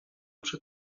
przy